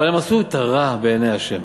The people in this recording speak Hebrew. אבל הם עשו את הרע בעיני השם,